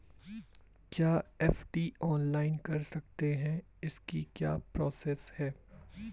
क्या FD online कर सकते हैं इसकी क्या प्रोसेस है?